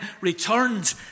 returned